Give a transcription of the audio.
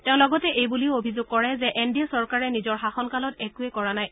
তেওঁ লগতে এইবুলিও অভিযোগ কৰে যে এন ডি এ চৰকাৰে নিজৰ শাসন কালত একোয়ে কৰা নাই